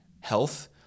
health